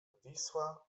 wisła